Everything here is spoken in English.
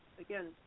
again